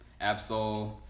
Absol